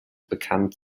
bekannt